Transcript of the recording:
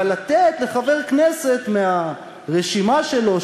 אבל לתת לחבר כנסת מהרשימה שלו,